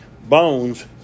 bones